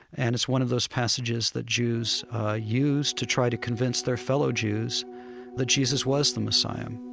and it's one of those passages that jews ah use to try to convince their fellows jews that jesus was the messiah